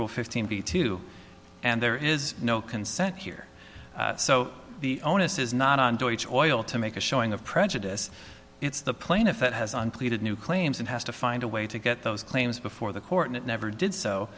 rule fifteen be to and there is no consent here so the onus is not on to a choice to make a showing of prejudice it's the plaintiff it has on pleaded new claims and has to find a way to get those claims before the court and it never did so